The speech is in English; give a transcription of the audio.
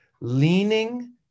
leaning